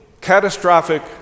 catastrophic